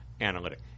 analytic